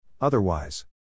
Otherwise